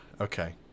Okay